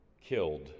killed